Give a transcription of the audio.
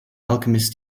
alchemist